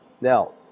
Now